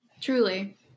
Truly